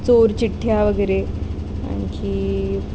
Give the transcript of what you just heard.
चोरचिठ्ठ्या वगैरे आणखी